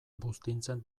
buztintzen